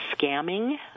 scamming